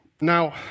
Now